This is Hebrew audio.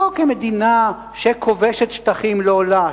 לא כמדינה שכובשת שטחים לא לה,